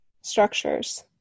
structures